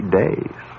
days